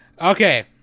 Okay